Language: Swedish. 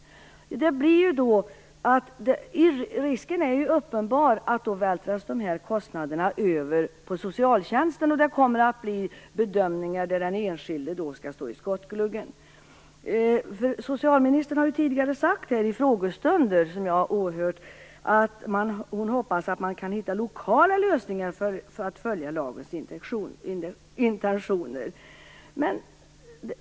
Risken är uppenbar att kostnaderna vältras över på socialtjänsten, och där kommer det att bli bedömningar där den enskilde skall stå i skottgluggen. Socialministern har sagt tidigare under frågestunden att hon hoppas att man kan hitta lokala lösningar för att följa lagens intentioner.